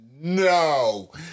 no